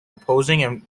opposing